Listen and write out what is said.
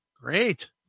Great